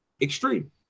extreme